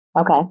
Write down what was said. Okay